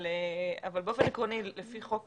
אבל באופן עקרוני לפי חוק